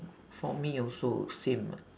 for me also same ah